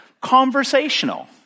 conversational